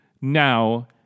now